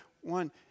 One